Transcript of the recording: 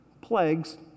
plagues